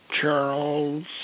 Charles